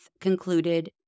concluded